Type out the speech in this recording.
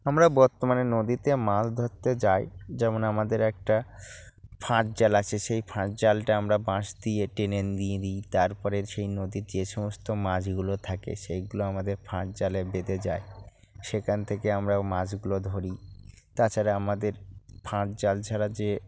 আমরা বর্তমানে নদীতে মাছ ধরতে যাই যেমন আমাদের একটা ফাঁদ জাল আছে সেই ফাঁদ জালটা আমরা বাঁশ দিয়ে টেনে নিয়ে দিই তার পরে সেই নদীর যে সমস্ত মাছগুলো থাকে সেইগুলো আমাদের ফাঁদ জালে বেঁধে যায় সেখান থেকে আমরা ও মাছগুলো ধরি তাছাড়া আমাদের ফাঁদ জাল ছাড়া যে